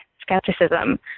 skepticism